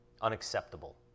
unacceptable